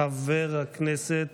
חבר הכנסת